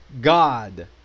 God